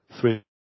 three